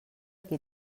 qui